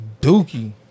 Dookie